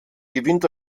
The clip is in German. gewinnt